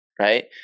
right